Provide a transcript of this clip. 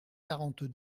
quarante